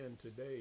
today